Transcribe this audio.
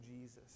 Jesus